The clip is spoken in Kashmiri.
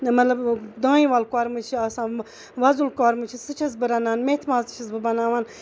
مطلب دانہِ ول کۄرمہٕ چھُ آسان وۄزُل خورمہٕ چھُ سُہ چھَس بہٕ رَنان میتھِ ماز تہِ چھَس بہٕ بَناوان